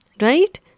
Right